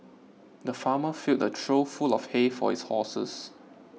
the farmer filled a trough full of hay for his horses